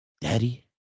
Daddy